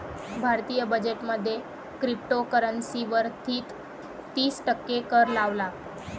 भारतीय बजेट मध्ये क्रिप्टोकरंसी वर तिस टक्के कर लावला